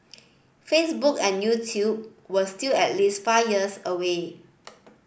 Facebook and YouTube were still at least five years away